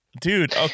Dude